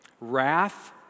Wrath